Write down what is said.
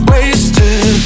Wasted